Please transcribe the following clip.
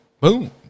boom